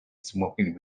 smoking